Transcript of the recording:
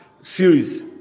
series